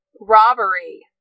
robbery